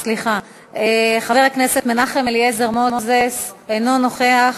סליחה, חבר הכנסת מנחם אליעזר מוזס, אינו נוכח,